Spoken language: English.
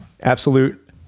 Absolute